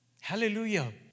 Hallelujah